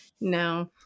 No